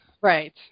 Right